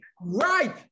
right